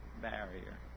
barrier